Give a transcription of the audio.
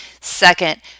second